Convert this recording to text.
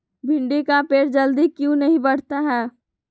भिंडी का पेड़ जल्दी क्यों नहीं बढ़ता हैं?